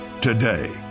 today